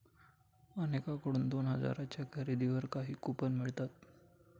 अनेकांकडून दोन हजारांच्या खरेदीवर काही कूपन मिळतात